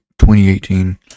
2018